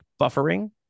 buffering